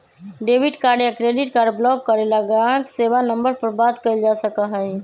debit card या credit card block करे ला ग्राहक सेवा नंबर पर बात कइल जा सका हई